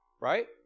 right